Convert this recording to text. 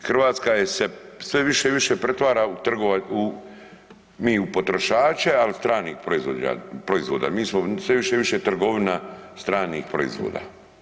I Hrvatska je se sve više i više pretvara u, mi u potrošače al stranih proizvoda, mi smo se više i više trgovina stranih proizvoda.